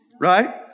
right